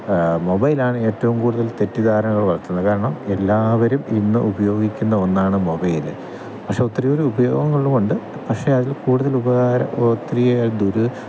മൊബൈലാണ് ഏറ്റവും കൂടുതൽ തെറ്റിദ്ധാരണകൾ വളര്ത്തുന്നത് കാരണം എല്ലാവരും ഇന്ന് ഉപയോഗിക്കുന്ന ഒന്നാണ് മൊബൈല് പക്ഷെ ഒത്തിരിയൊരു ഉപയോഗങ്ങളൂമുണ്ട് പക്ഷെ അതിൽ കൂടുതൽ ഉപകാര ഒത്തിരി ദുരി